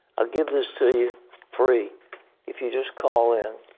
i'll give this to you free if you just call in.